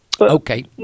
okay